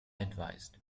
advised